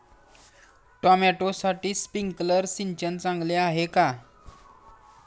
टोमॅटोसाठी स्प्रिंकलर सिंचन चांगले आहे का?